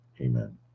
Amen